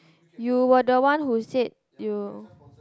you were the one who said you